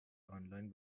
آنلاین